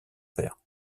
père